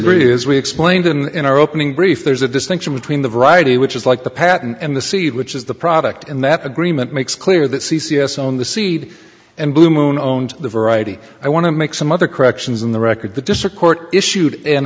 is we explained in our opening brief there's a distinction between the variety which is like the patent and the seed which is the product and that agreement makes clear that c c s on the seed and blue moon own the variety i want to make some other corrections in the record the district court issued an